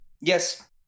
Yes